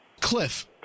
Cliff